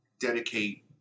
dedicate